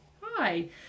Hi